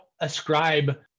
ascribe